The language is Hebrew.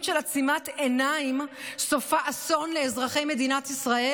של עצימת עיניים סופה אסון לאזרחי מדינת ישראל?